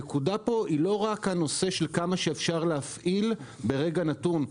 השאלה היא לא רק כמה אפשר להפעיל ברגע נתון.